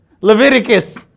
Leviticus